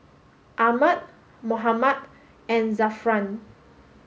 Ahmad Muhammad and Zafran